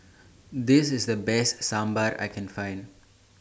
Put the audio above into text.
This IS The Best Sambar that I Can Find